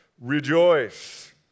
rejoice